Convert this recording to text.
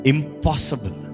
Impossible